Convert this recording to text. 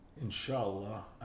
Inshallah